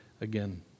again